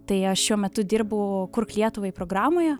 tai aš šiuo metu dirbu kurk lietuvai programoje